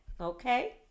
Okay